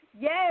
Yes